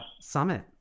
summit